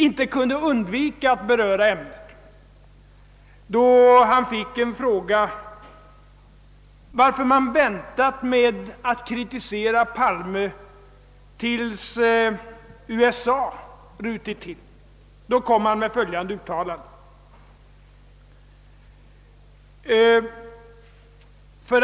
Han fick då en fråga varför man hade väntat med att kritisera herr Palme ända till dess att USA hade rutit till.